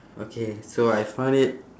okay so I find it